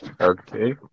Okay